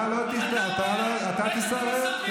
אתה תסרב.